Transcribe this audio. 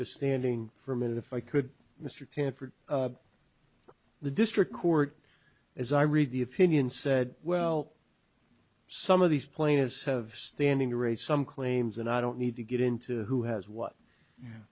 to standing for a minute if i could mr tan for the district court as i read the opinion said well some of these plaintiffs have standing to raise some claims and i don't need to get into who has what